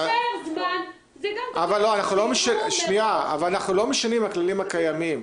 אבל אנחנו לא משנים מהכללים הקיימים.